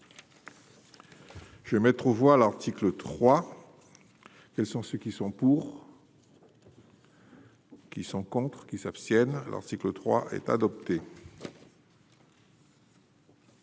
Je vais mettre aux voix l'article 3 quels sont ceux qui sont pour. Qui sont contres qui s'abstiennent, l'article 3 est adopté.